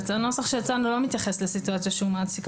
הנוסח שהצענו לא מתייחס לסיטואציה שהוא מעסיק.